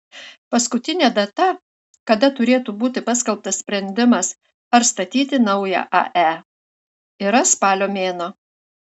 paskutinė data kada turėtų būti paskelbtas sprendimas ar statyti naują ae yra spalio mėnuo